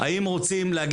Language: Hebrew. האם רוצים להעפיל למונדיאל?